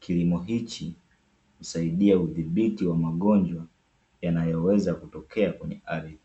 Kilimo hichi, husaidia udhibiti wa magonjwa yanayoweza kutokea kwenye ardhi.